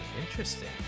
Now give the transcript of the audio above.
Interesting